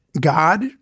God